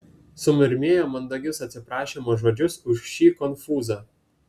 sumurmėjo mandagius atsiprašymo žodžius už šį konfūzą